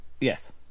yes